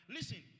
Listen